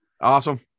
awesome